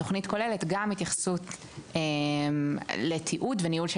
התוכנית כוללת גם התייחסות לתיעוד וניהול של